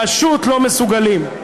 פשוט לא מסוגלות.